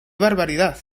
barbaridad